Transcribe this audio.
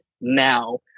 now